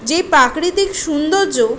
যে প্রাকৃতিক সৌন্দর্য